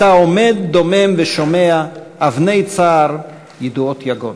אתה עומד דומם ושומע: אבני צער, ידועות יגון.